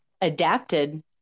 adapted